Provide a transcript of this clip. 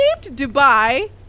Dubai